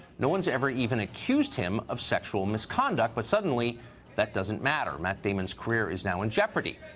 nobody's ever even accused him of sexual misconduct but suddenly that doesn't matter. matt damon's career is now in jeopardy.